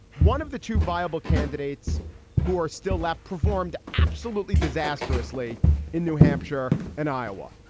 one of the two viable candidates who are still left performed absolutely disastrously in new hampshire and iowa.